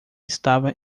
estava